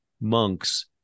monks